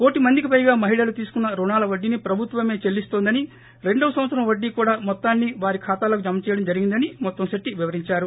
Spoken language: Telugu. కోటి మందికి పైగా మహిళలు తీసుకున్న రుణాల వడ్డీని ప్రభుత్వమే చెల్లిస్తోందని రెండవ సంవత్సరం కూడా వడ్డీ మొత్తాన్ని వారి ఖాతాల్లోకి జమ చేయడం జరిగిందని ముత్తంశెట్లి వివరించారు